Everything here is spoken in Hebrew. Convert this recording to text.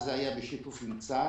אז זה היה בשיתוף עם צה"ל.